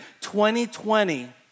2020